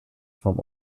from